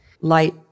light